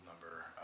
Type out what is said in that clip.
number